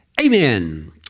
Amen